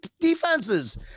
defenses